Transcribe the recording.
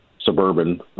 suburban